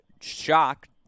shocked